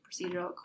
procedural